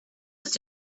such